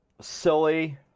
silly